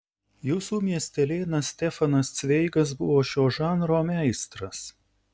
jūsų miestelėnas stefanas cveigas buvo šio žanro meistras